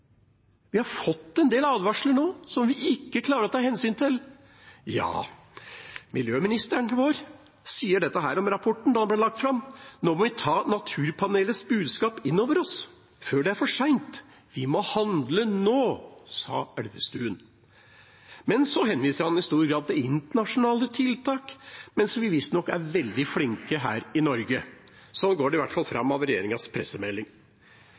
vi ikke å nå. Vi har fått en del advarsler nå som vi ikke klarer å ta hensyn til. Ja, miljøministeren vår sa dette om rapporten da den ble lagt fram: «Nå må vi ta Naturpanelets budskap innover oss før det er for sent. Vi må handle nå», sa Elvestuen. Så henviser han i stor grad til internasjonale tiltak, mens vi visstnok er veldig flinke her i Norge – sånn går det i hvert fall fram av regjeringas pressemelding.